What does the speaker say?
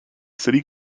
city